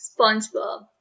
SpongeBob